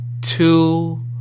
Two